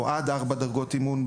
או עד ארבע דרגות אימון,